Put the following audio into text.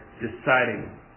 deciding